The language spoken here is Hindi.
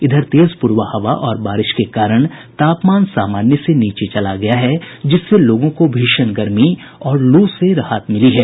इधर तेज प्ररबा हवा और बारिश के कारण तापमान सामान्य से नीचे चला गया है जिससे लोगों को भीषण गर्मी और लू से राहत मिली है